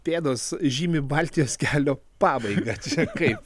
pėdos žymi baltijos kelio pabaigą čia kaip